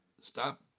stop